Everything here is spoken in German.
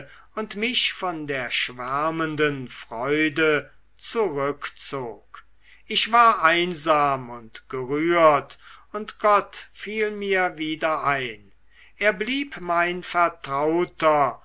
und mich von der schwärmenden freude zurückzog ich war einsam und gerührt und gott fiel mir wieder ein er blieb mein vertrauter